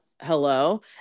hello